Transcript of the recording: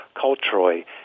culturally